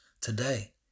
today